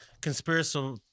conspiracy